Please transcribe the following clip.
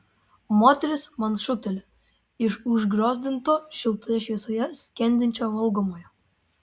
moteris man šūkteli iš užgriozdinto šiltoje šviesoje skendinčio valgomojo